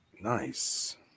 Nice